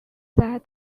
that